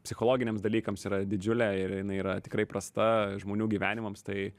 psichologiniams dalykams yra didžiulė ir jinai yra tikrai prasta žmonių gyvenimams tai